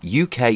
uk